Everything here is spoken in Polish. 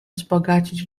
wzbogacić